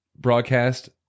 broadcast